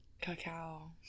Cacao